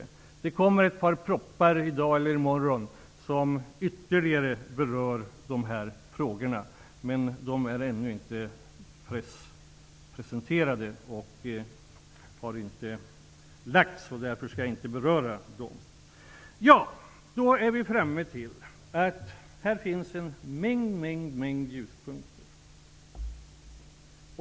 I dag eller i morgon kommer ett antal propositioner att läggas på riksdagens bord, vilka ytterligare berör de här frågorna. Men eftersom de ännu inte presenterats och lagts fram skall jag inte beröra dem. Då är vi framme vid slutsatsen att det finns en stor mängd ljuspunkter.